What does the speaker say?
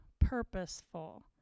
purposeful